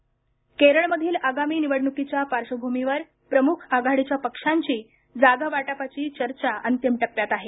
निवडणूक केरळमधील आगामी निवडुकीच्या पार्श्वभूमीवर प्रमुख आघाडीच्या पक्षांची जागावाटपाची चर्चा अंतिम टप्प्यात आहे